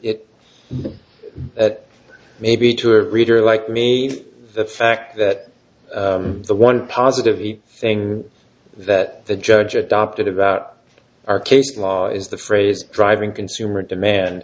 it maybe to a reader like me the fact that the one positive thing that the judge adopted about our case law is the phrase driving consumer demand